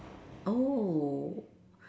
oh